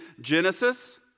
genesis